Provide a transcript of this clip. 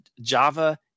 Java